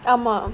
ஆமா:aamaa